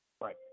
right